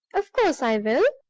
of course i will!